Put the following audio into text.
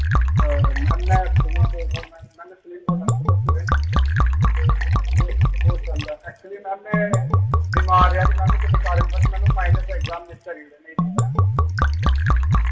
ma'am में सुनील बोल रा हूं मैम में सुनील बोल्ला ना तुंदा स्टूडेंट फोर्थ सैम दा एक्चुअली में बीमार रेआ ते मैम में किस कारणवश मैम में माइनर दा एग्जाम मिस करी ओड़ेया नेईं देई पाया